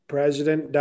President